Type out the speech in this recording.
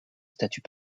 statut